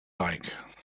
like